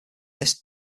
lists